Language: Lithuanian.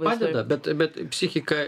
padeda bet bet psichika